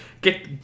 get